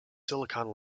silicon